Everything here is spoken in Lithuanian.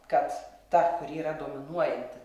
kad ta kuri yra dominuojanti